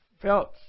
felt